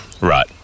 right